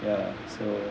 ya so